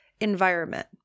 environment